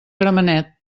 gramenet